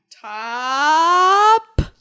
Top